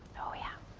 oh yeah.